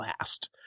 last